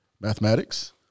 mathematics